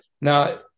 Now